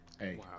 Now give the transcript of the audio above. Hey